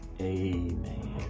Amen